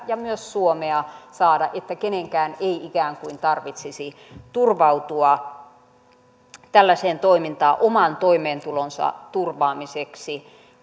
ja myös suomea että kenenkään ei ikään kuin tarvitsisi turvautua tällaiseen toimintaan oman toimeentulonsa turvaamiseksi